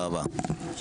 תודה רבה.